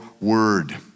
word